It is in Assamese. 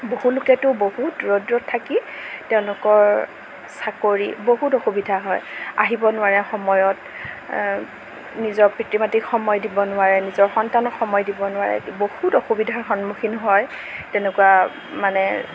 বহু লোকেতো বহুত দূৰত দূৰত থাকি তেওঁলোকৰ চাকৰি বহুত অসুবিধা হয় আহিব নোৱাৰে সময়ত নিজৰ পিতৃ মাতৃক সময় দিব নোৱাৰে নিজৰ সন্তানক সময় দিব নোৱাৰে বহুত অসুবিধাৰ সন্মুখীন হয় তেনেকুৱা মানে